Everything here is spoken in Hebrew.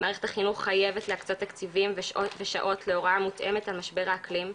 מערכת החינוך חייבת להקצות תקציבים ושעות להוראה מותאמת על משבר האקלים,